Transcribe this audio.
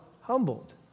Humbled